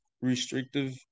restrictive